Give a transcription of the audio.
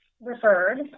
referred